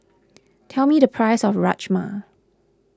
tell me the price of Rajma